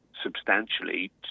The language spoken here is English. substantially